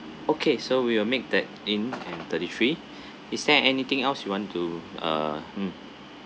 okay so we will make that in and thirty three is there anything else you want to uh mm